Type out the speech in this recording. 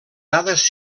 dades